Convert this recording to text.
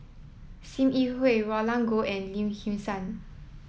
Sim Yi Hui Roland Goh and Lim Kim San